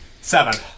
Seven